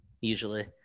usually